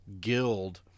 guild